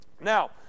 Now